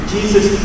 Jesus